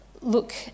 look